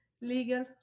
legal